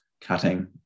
cutting